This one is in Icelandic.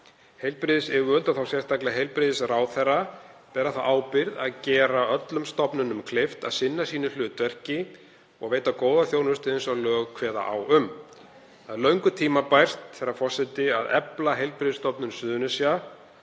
Heilbrigðisyfirvöld, sérstaklega heilbrigðisráðherra, bera þá ábyrgð að gera öllum stofnunum kleift að sinna sínu hlutverki og veita góða þjónustu eins og lög kveða á um. Það er löngu tímabært, herra forseti, að efla Heilbrigðisstofnun Suðurnesja